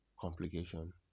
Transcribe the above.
complication